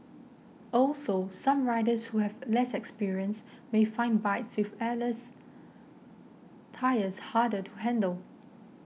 also some riders who have less experience may find bikes with airless tyres harder to handle